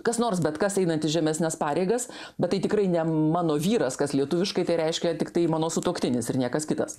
kas nors bet kas einantis žemesnes pareigas bet tai tikrai ne mano vyras kas lietuviškai tai reiškia tiktai mano sutuoktinis ir niekas kitas